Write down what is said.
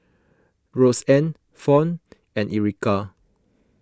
Roxann Fawn and Erica